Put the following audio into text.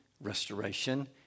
restoration